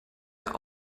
wir